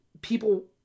people